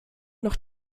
noch